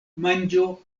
manĝo